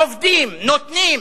עובדים, נותנים,